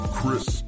Chris